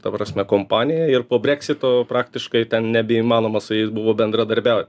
ta prasme kompanija ir po brexito praktiškai ten nebeįmanoma su jais buvo bendradarbiaut